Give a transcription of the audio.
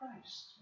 Christ